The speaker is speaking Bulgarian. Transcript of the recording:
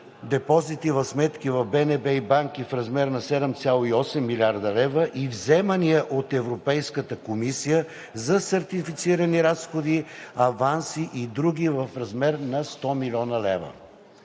депозити в сметки в БНБ и банки в размер на 7,8 млрд. лв. и вземания от Европейската комисия за сертифицирани разходи, аванси и други в размер на 100 млн. лв.